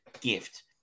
gift